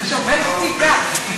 שומר שתיקה.